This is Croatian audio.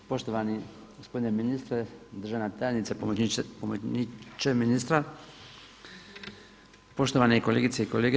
Poštovani gospodine ministre, državna tajnice, pomoćniče ministra, poštovane kolegice i kolege.